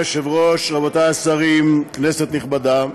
אדוני היושב-ראש, רבותי השרים, כנסת נכבדה,